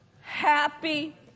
Happy